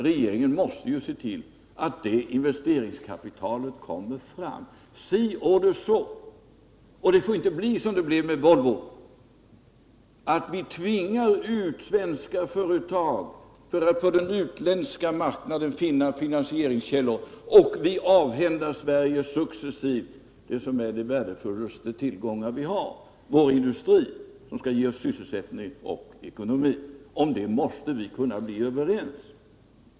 Regeringen måste se till att investeringskapitalet på det området kommer fram so oder so. Det får inte bli så som det blev med Volvo, att vi tvingar ut svenska företag för att på den utländska marknaden finna finansieringskällor, varigenom vi successivt avhänder Sverige dess värdefullaste tillgång, vår industri som skall ge oss sysselsättning och en god ekonomi. Om det måste vi kunna bli överens.